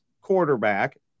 quarterback